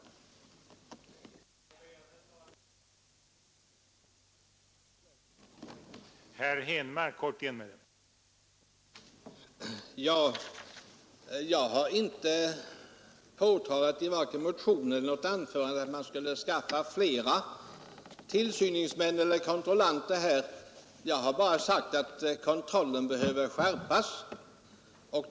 Jag ber att få yrka bifall till utskottets hemställan.